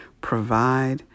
provide